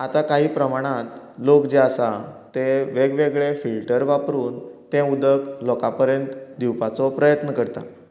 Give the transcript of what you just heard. आता काही प्रमाणात लोक जे आसा तें वेगवगेळे फिल्टर वापरून तें उदक लोका पर्यंत दिवपाचो प्रयत्न करतात